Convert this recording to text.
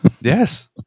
Yes